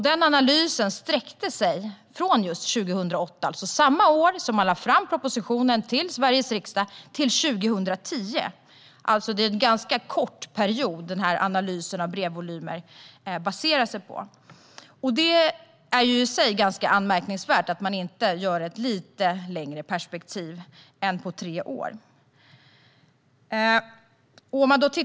Den sträckte sig från 2008, alltså samma år som man lade fram propositionen till Sveriges riksdag, till 2010. Det är alltså en ganska kort period som analysen av brevvolymer baserar sig på. Det är i sig ganska anmärkningsvärt att man inte gjorde den med ett lite längre perspektiv än tre år.